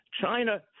China